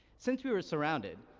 since we were surrounded,